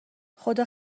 خدا